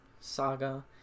saga